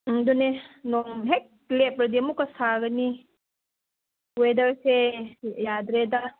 ꯑꯗꯨꯅꯦ ꯅꯣꯡ ꯍꯦꯛ ꯂꯦꯞꯂꯗꯤ ꯑꯃꯨꯛꯀ ꯁꯥꯒꯅꯤ ꯋꯦꯗꯔꯁꯦ ꯌꯥꯗ꯭ꯔꯦꯗ